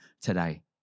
today